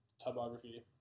typography